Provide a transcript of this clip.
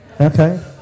Okay